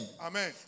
Amen